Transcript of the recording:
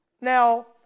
Now